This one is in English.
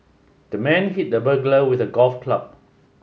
the man hit the burglar with a golf club